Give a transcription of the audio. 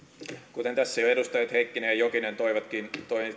kuten tässä jo edustajat heikkinen ja jokinen toivatkin